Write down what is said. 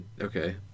Okay